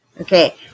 Okay